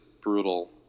brutal